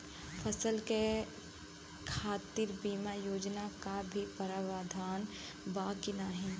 फसल के खातीर बिमा योजना क भी प्रवाधान बा की नाही?